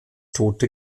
tote